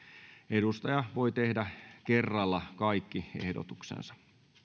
edustaja voi tehdä kerralla kaikki ehdotuksensa